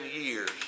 years